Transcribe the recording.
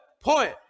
Point